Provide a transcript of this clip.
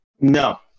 No